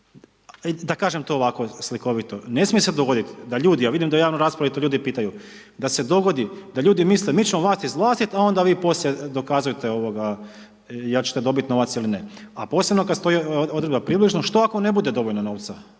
da kažem to ovako slikovito, ne smije se dogodit da ljudi, a vidim da javnu raspravi i to ljudi pitaju, da se dogodi da ljudi misle mi ćemo vas izvlastiti a onda vi poslije dokazujete jel ćete dobiti novac ili ne. A posebno kada stoji odredba približno, što ako ne bude dovoljno novca,